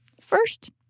first